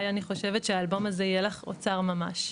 אני חושבת שהאלבום הזה יהיה לך אוצר ממש.